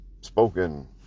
spoken